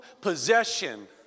possession